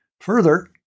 Further